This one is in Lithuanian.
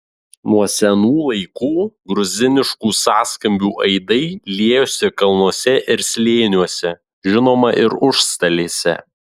nuo senų laikų gruziniškų sąskambių aidai liejosi kalnuose ir slėniuose žinoma ir užstalėse